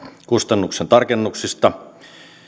kustannusten tarkennuksista